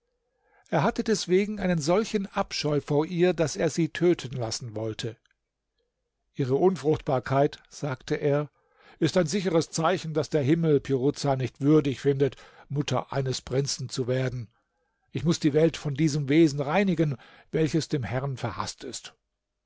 er hatte deswegen einen solchen abscheu vor ihr daß er sie töten lassen wollte ihre unfruchtbarkeit sagte er ist ein sicheres zeichen daß der himmel piruza nicht würdig findet mutter eines prinzen zu werden ich muß die welt von diesem wesen reinigen welches dem herrn verhaßt ist